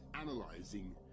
analyzing